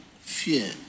fear